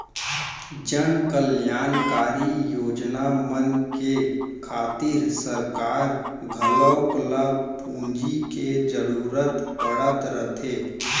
जनकल्यानकारी योजना मन के खातिर सरकार घलौक ल पूंजी के जरूरत पड़त रथे